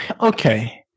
Okay